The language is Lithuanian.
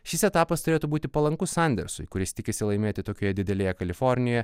šis etapas turėtų būti palankus sandersui kuris tikisi laimėti tokioje didelėje kalifornijoje